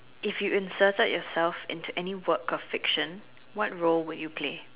if you inserted yourself into any what work of fiction what role would you play